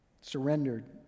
surrendered